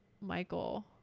michael